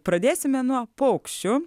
pradėsime nuo paukščių